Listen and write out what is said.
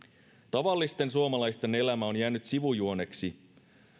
tavallisten suomalaisten elämä on jäänyt sivujuoneksi